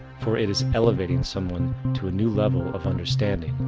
for it is elevating someone to a new level of understanding,